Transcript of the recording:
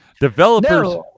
Developers